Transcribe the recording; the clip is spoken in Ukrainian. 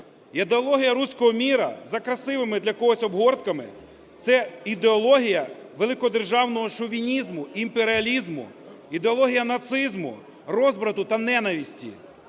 Ідеологія "руського мира" за красивими для когось обгортками – це ідеологія великодержавного шовінізму, імперіалізму, ідеологія нацизму, розбрату та ненависті.